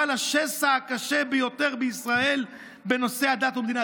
לשסע הקשה ביותר בישראל בנושא דת ומדינה.